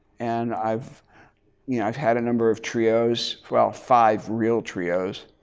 and i've you know i've had a number of trios, well five real trios,